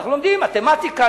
אנחנו לומדים מתמטיקה,